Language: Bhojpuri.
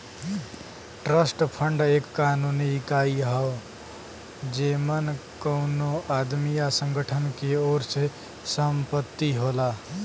ट्रस्ट फंड एक कानूनी इकाई हौ जेमन कउनो आदमी या संगठन के ओर से संपत्ति होला